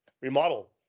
remodel